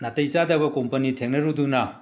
ꯅꯥꯇꯩ ꯆꯥꯗꯕ ꯀꯣꯝꯄꯅꯤ ꯊꯦꯡꯅꯔꯨꯗꯨꯅꯥ